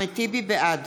בעד